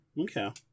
Okay